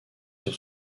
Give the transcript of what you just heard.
sur